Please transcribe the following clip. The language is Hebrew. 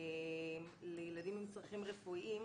לילדים עם צרכים רפואיים.